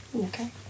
Okay